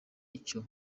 icyo